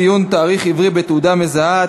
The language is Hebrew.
ציון תאריך עברי בתעודה מזהה),